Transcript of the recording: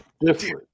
different